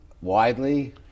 widely